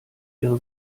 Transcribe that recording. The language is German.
ihre